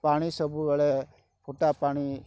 ପାଣି ସବୁବେଳେ ଫୁଟା ପାଣି